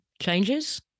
changes